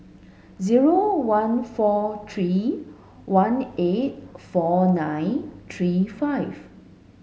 zero one four three one eight four nine three five